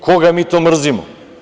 Koga mi to mrzimo?